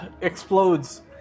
explodes